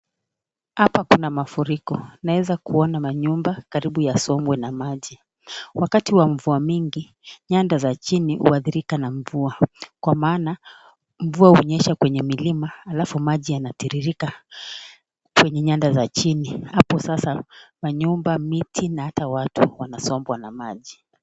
Hapa kuna mafuriko, inaweza kuona manyumba karibu yasombwe na maji, wakati wa mvua mingi, nyanda za chini huadhirika na mvua, kwa maana mvua hunyesha kwenye milima alafu maji yanatiririka kwenye nyanda za chini, hapo sasa, manyumba, miti na hata watu wanasombwa na maji.